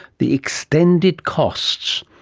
the extended costs.